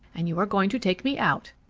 and you are going to take me out.